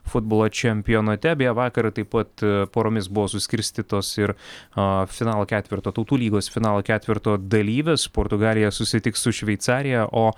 futbolo čempionate beje vakar taip pat poromis buvo suskirstytos ir a finalo ketverto tautų lygos finalo ketverto dalyvės portugalija susitiks su šveicarija o